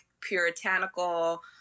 puritanical